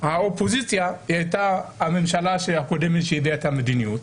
האופוזיציה הייתה הממשלה הקודמת שהביאה את המדיניות,